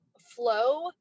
flow